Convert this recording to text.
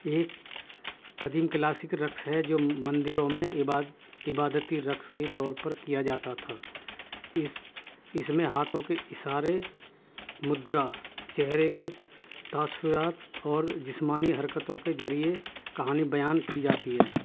ایک قدیم کلاسک رقص ہے جو مندروں میں عباد عبادتی رقص کے دور پر کیا جاتا تھا اس اس میں ہاتھوں کے اشارے مدرا چہرے کے تاثرات اور جسمانی حرکتوں کے ذریعے کہانی بیان کی جاتی ہے